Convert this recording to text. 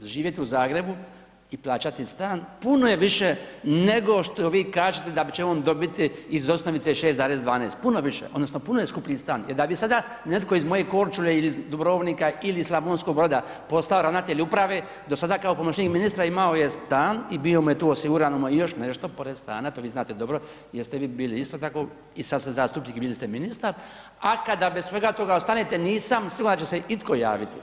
Živjeti u Zagrebu i plaćati stan puno je više nego što vi kažete da će on dobiti iz osnovice 6,12, puno više, odnosno puno je skuplji stan jer da bi sada netko iz moje Korčule ili Dubrovnika ili Slavonskog Broda postao ravnatelj uprave do sada kao pomoćnik ministra imao je stan i bio mu je tu osigurano i još nešto pored stana to vi znate dobro jer ste vi bili isto tako i sad ste zastupnik i bili ste ministar, a kada bez svega toga ostanete nisam siguran da će se itko javiti.